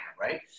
Right